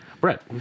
Brett